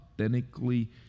authentically